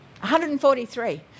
143